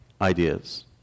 ideas